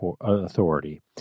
authority